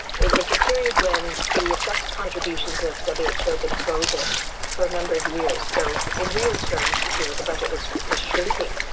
it was a period when the assessed contributions of yeah who had been frozen for a number of years. so in real terms you know the budget was was shrinking.